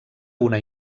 una